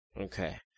Okay